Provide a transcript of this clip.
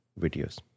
videos